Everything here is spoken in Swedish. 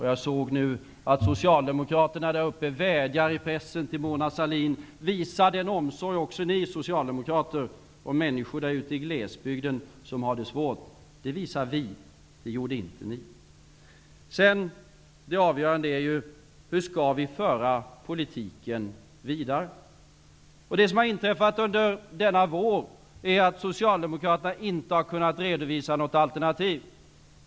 Jag har nu sett att socialdemokraterna där uppe vädjar i pressen till Mona Sahlin: Visa omsorg också Ni socialdemokrater om människorna i glesbygden som har det svårt! Den visar vi -- det gjorde inte ni. Det avgörande är hur vi skall föra politiken vidare. Det som har inträffat under denna vår är att Socialdemokraterna inte har kunnat redovisa något alternativ.